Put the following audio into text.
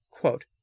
Quote